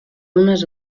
unes